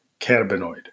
cannabinoid